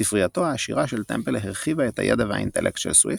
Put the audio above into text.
ספרייתו העשירה של טמפל הרחיבה את הידע והאינטלקט של סוויפט,